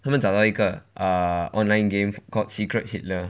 他们找到一个 err online game called secret hitler